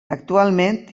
actualment